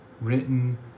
written